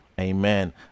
Amen